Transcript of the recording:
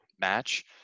match